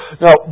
now